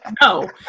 no